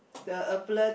the